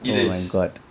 it is